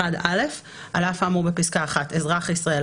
(1א) על אף האמור בפסקה (1) אזרח ישראל,